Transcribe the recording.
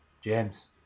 James